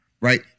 right